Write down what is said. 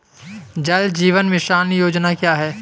जल जीवन मिशन योजना क्या है?